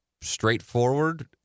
straightforward